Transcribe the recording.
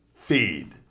Feed